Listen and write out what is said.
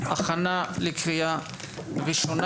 הכנה לקריאה ראשונה.